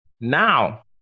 Now